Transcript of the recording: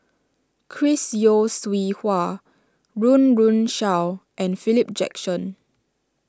Chris Yeo Siew Hua Run Run Shaw and Philip Jackson